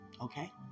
Okay